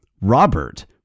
Robert